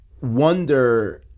wonder